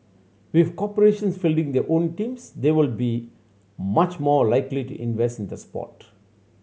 with corporations fielding their own teams they would be much more likely to invest in the sport